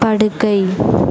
படுக்கை